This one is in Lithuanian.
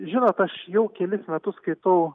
žinot aš jau kelis metus skaitau